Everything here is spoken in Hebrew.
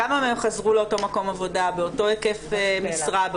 כמה מהן חזרו לאותו מקום עבודה באותו היקף משרה.